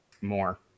more